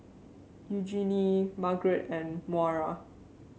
Eugenie Margaret and Maura